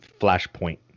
flashpoint